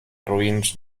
roïns